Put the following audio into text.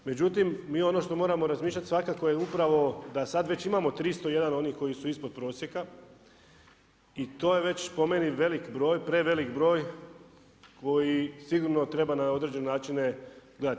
Međutim mi ono što moramo razmišljati svakako je upravo da sada već imamo 301 onih koji su ispod prosjeka i to je već po meni velik broj, prevelik broj koji sigurno treba na određene načine gledati.